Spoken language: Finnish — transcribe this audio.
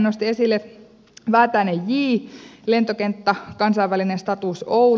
nosti esille aiheen lentokenttä kansainvälinen status oulu